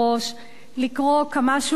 לקרוא כמה שורות קצרות